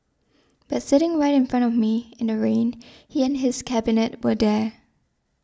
but sitting right in front of me in the rain he and his cabinet were there